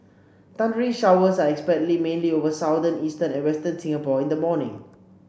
thundery showers are expected mainly over southern eastern and western Singapore in the morning